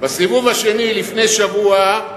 בסיבוב השני, לפני שבוע,